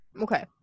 Okay